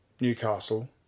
Newcastle